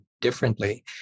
differently